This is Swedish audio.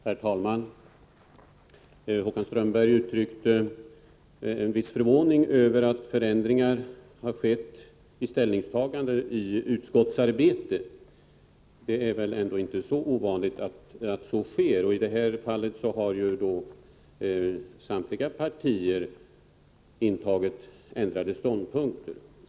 Herr talman! Håkan Strömberg uttryckte en viss förvåning över att förändringar i fråga om ställningstagande har skett i utskottet. Det är väl ändå inte så ovanligt att så sker. I det här fallet har ju samtliga partier intagit ändrade ståndpunkter.